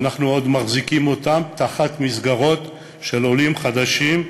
אנחנו עוד מחזיקים אותם תחת מסגרות של עולים חדשים,